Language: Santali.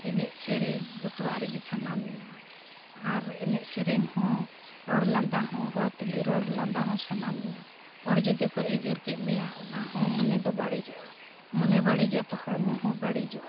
ᱮᱱᱮᱡ ᱥᱮᱨᱮᱧ ᱡᱷᱚᱛᱚᱣᱟᱜ ᱨᱮᱜᱮ ᱥᱟᱱᱟ ᱢᱮᱭᱟ ᱟᱨ ᱮᱱᱮᱡ ᱥᱮᱨᱮᱧ ᱦᱚᱸ ᱨᱚᱲ ᱞᱟᱸᱫᱟ ᱦᱚᱸ ᱦᱚᱲ ᱛᱩᱞᱩᱡ ᱨᱚᱲ ᱞᱟᱸᱫᱟ ᱦᱚᱸ ᱥᱟᱱᱟ ᱢᱮᱭᱟ ᱦᱚᱲ ᱡᱩᱫᱤ ᱠᱚ ᱮᱜᱮᱨ ᱠᱮᱫ ᱢᱮᱭᱟ ᱚᱱᱟ ᱦᱚᱸ ᱢᱚᱱᱮ ᱫᱚ ᱵᱟᱹᱲᱤᱡᱚᱜᱼᱟ ᱢᱚᱱᱮ ᱵᱟᱹᱲᱤᱡᱚᱜᱼᱟ ᱛᱚ ᱦᱚᱲᱢᱚ ᱦᱚᱸ ᱵᱟᱹᱲᱤᱡᱚᱜᱼᱟ